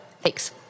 Thanks